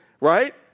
right